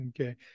Okay